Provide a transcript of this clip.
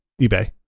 eBay